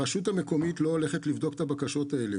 הרשות המקומית לא הולכת לבדוק את הבקשות האלה,